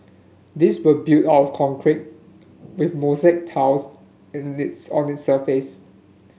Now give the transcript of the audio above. these were built of concrete with mosaic tiles in its on its surface